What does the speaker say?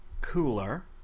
cooler